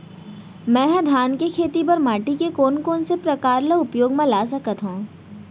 मै ह धान के खेती बर माटी के कोन कोन से प्रकार ला उपयोग मा ला सकत हव?